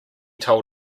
told